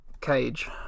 cage